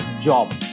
job